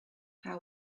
how